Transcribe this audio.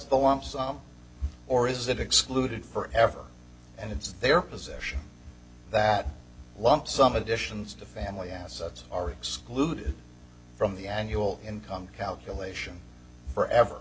wants or is it excluded forever and it's their possession that lump sum additions to family assets are excluded from the annual income calculation forever